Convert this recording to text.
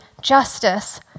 justice